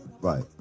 right